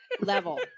level